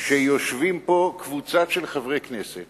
שיושבים פה, קבוצה של חברי כנסת